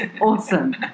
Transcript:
awesome